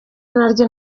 naryo